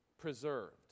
preserved